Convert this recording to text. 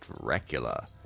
Dracula